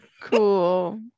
cool